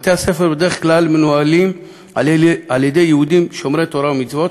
בדרך כלל בתי-הספר מנוהלים על-ידי יהודים שומרי תורה ומצוות,